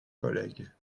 collègue